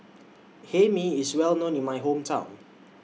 Hae Mee IS Well known in My Hometown